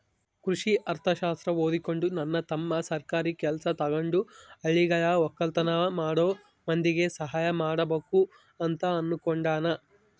ಕೃಷಿ ಅರ್ಥಶಾಸ್ತ್ರ ಓದಿಕೊಂಡು ನನ್ನ ತಮ್ಮ ಸರ್ಕಾರಿ ಕೆಲ್ಸ ತಗಂಡು ಹಳ್ಳಿಗ ವಕ್ಕಲತನ ಮಾಡೋ ಮಂದಿಗೆ ಸಹಾಯ ಮಾಡಬಕು ಅಂತ ಅನ್ನುಕೊಂಡನ